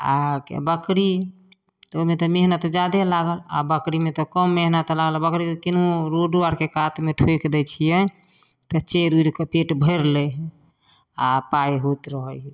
आ के बकरी तऽ ओहिमे तऽ मेहनत जादे लागल आ बकरीमे तऽ कम मेहनत लागल बकरी तऽ किनहु रोडो अर के कात मे ठोइक दै छियै तऽ चैर ऊइर कऽ पेट भैर लै है आ पाइ होत रहै है कि